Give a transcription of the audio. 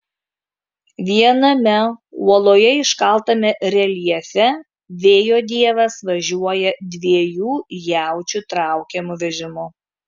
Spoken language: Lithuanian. viename uoloje iškaltame reljefe vėjo dievas važiuoja dviejų jaučių traukiamu vežimu